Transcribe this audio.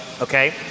Okay